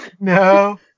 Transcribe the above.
no